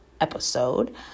episode